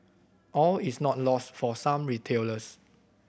all is not lost for some retailers